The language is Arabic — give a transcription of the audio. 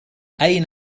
أين